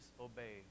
obey